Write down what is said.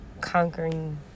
conquering